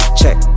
check